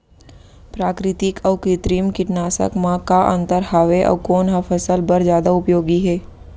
प्राकृतिक अऊ कृत्रिम कीटनाशक मा का अन्तर हावे अऊ कोन ह फसल बर जादा उपयोगी हे?